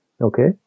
Okay